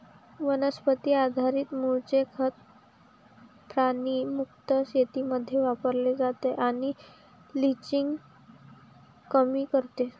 वनस्पती आधारित मूळचे खत प्राणी मुक्त शेतीमध्ये वापरले जाते आणि लिचिंग कमी करते